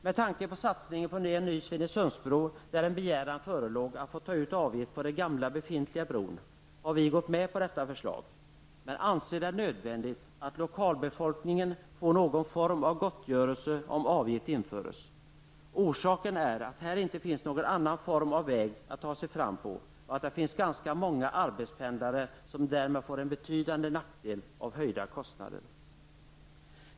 Med tanke på satsningen på en ny Svinesundsbro, där en begäran förelåg att få ta ut avgift på den gamla befintliga bron, har vi gått med på detta förslag. Men vi anser att det är nödvändigt att lokalbefolkningen får någon form av gottgörelse om avgift införs. Orsaken är att här inte finns någon annan form av väg att ta sig fram på och att det finns ganska många arbetspendlare som därmed får en betydande nackdel av höjda kostnader.